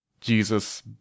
Jesus